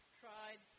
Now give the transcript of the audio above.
tried